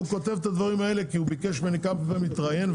הוא כותב את הדברים האלה כי הוא ביקש ממני כמה פעמים להתראיין,